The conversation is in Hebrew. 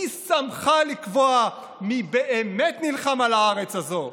מי שמך לקבוע מי באמת נלחם על הארץ הזאת?